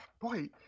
Boy